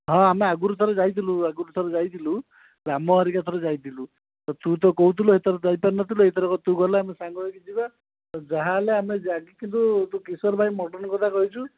ହଁ ଆମେ ଆଗରୁ ଥରେ ଯାଇଥିଲୁ ଆଗରୁ ଥରେ ଯାଇଥିଲୁ ରାମ ହେରିକା ଥରେ ଯାଇଥିଲୁ ତୁ ତ କହୁଥିଲୁ ହେ ଥରକ ଯାଇପାରିନଥିଲୁ ଏଥର ତୁ ଗଲେ ଆମେ ସାଙ୍ଗ ହୋଇକି ଯିବା ଯାହା ହେଲେ ଆମେ ଯାଇକି କିନ୍ତୁ ତୁ କିଶୋର ଭାଇ ମଟନ୍ କଥା କହିଛୁ